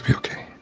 ok